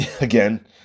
again